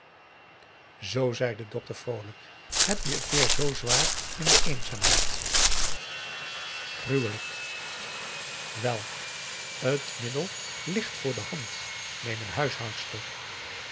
zoo zei de dokter vroolijk heb je het weer zoo zwaar in de eenzaamheid gruwelijk wel het middel ligt voor de hand neem een